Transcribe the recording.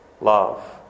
love